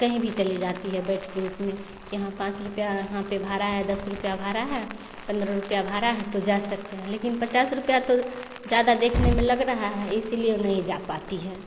कहीं भी चली जाती हैं बैठ कर उसमें कि हाँ पाँच रुपया वहाँ पर भाड़ा हैं दस रुपया भाड़ा हैं पंद्रह रुपया भाड़ा हैं तो जा सकते हैं लेकिन पचास रुपया तो ज़्यादा देखने में लग रहा हैं इसलिए नहीं जा पाती है